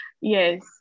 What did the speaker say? yes